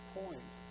point